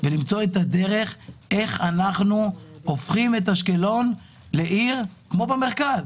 כדי למצוא את הדרך איך אנחנו הופכים את אשקלון לעיר כמו במרכז.